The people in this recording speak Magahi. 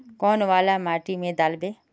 कौन वाला माटी में लागबे?